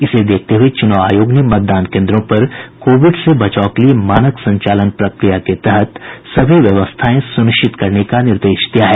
इसे देखते हुये चुनाव आयोग ने मतदान केंद्रों पर कोविड से बचाव के लिये मानक संचालन प्रक्रिया के तहत सभी व्यवस्थाएं सुनिश्चित करने का निर्देश दिया है